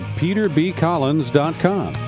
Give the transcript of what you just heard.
peterbcollins.com